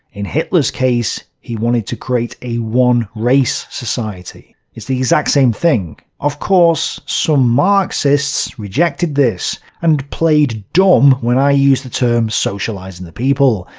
in hitler's case, he wanted to create a one-race society. it's the exact same thing. of course, some marxists rejected this, and played dumb when i used the term socializing the people,